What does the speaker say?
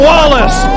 Wallace